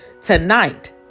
tonight